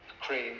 Cream